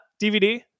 DVD